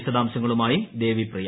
വിശദാംശങ്ങളുമായി ദേവിപ്രിയ